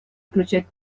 включать